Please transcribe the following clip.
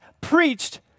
preached